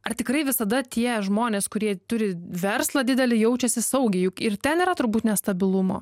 ar tikrai visada tie žmonės kurie turi verslą didelį jaučiasi saugiai juk ir ten yra turbūt nestabilumo